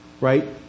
right